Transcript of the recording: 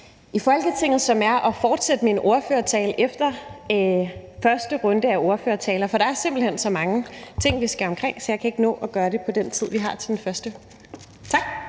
i Folketinget, som er at fortsætte min ordførertale efter første runde af ordførertaler. For der er simpelt hen så mange ting, vi skal omkring, så jeg kan ikke nå at gøre det på den tid, vi har til den første tale.